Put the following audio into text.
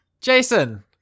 Jason